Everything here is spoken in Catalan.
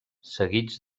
seguits